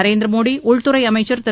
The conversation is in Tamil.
நரேந்திர மோடி உள்துறை அமைச்சர் திரு